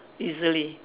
easily